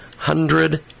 Hundred